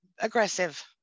aggressive